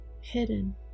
hidden